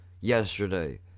yesterday